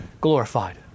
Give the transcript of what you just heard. glorified